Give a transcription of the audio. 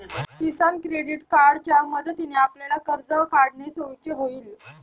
किसान credit कार्डच्या मदतीने आपल्याला कर्ज काढणे सोयीचे होईल